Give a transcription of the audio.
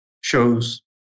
shows